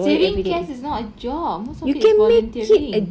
saving cats is not a job most if it is volunteering